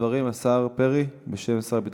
ישיב על הדברים השר פרי, בשם שר הביטחון.